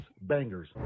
bangers